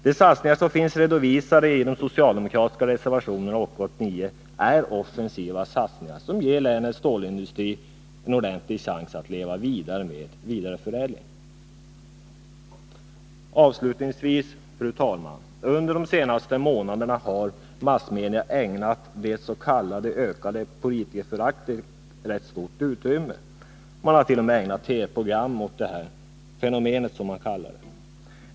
De satsningar som finns redovisade i de socialdemokratiska reservationérna 8 och 9 är offensiva satsningar som ger länets stålindustri en ordentlig chans att leva vidare med vidareförädling. Avslutningsvis, fru talman: Under de senaste månaderna har massmedia ägnat det ökade s.k. politikerföraktet rätt stort utrymme. Man har t.o.m. ägnat TV-program åt detta fenomen, som man kallar det.